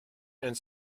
and